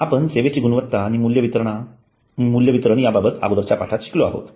आता आपण सेवेची गुणवत्ता आणि मूल्य वितरण या बाबत अगोदरच्या पाठात शिकलो आहोत